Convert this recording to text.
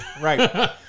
Right